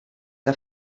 que